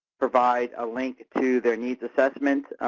provide a link to their needs assessment,